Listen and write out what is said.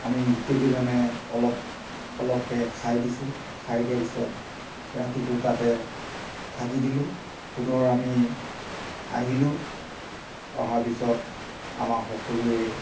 আমি গোটেইকেইজনে অলপ অলপকৈ খাই দিছোঁ খাই দিয়া পিছত ৰাতিটো তাতে থাকি দিলোঁ পুনৰ আমি আহিলোঁ অহাৰ পিছত আমাৰ সকলোৰে